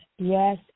Yes